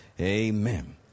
amen